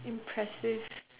impressive